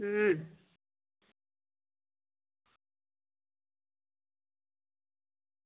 हां